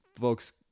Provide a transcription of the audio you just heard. folks